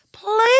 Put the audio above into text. Please